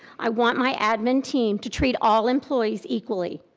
i want my admin team to treat all employees equally.